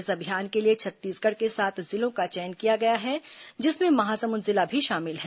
इस अभियान के लिए छत्तीसगढ़ के सात जिलों का चयन किया गया है जिसमें महासमुन्द जिला भी शामिल है